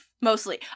mostly